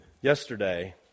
Yesterday